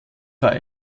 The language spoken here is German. war